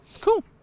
cool